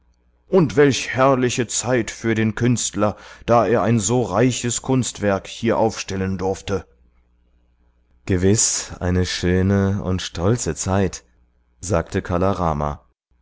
und welch herrliche zeit für den künstler da er ein so reiches kunstwerk hier aufstellen durfte gewiß eine schöne und stolze zeit sagte kala rama